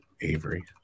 Avery